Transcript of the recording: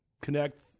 connect